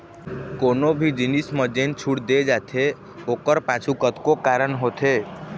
कोनो भी जिनिस म जेन छूट दे जाथे ओखर पाछू कतको कारन होथे